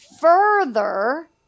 further